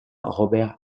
robert